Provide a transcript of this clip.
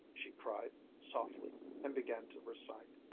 she cried softly and began to recite,